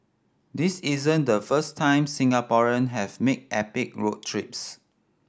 this isn't the first time Singaporean have made epic road trips